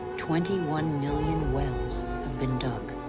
twenty one million wells have been dug.